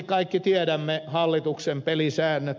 kaikki tiedämme hallituksen pelisäännöt